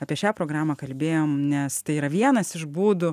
apie šią programą kalbėjom nes tai yra vienas iš būdų